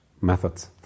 methods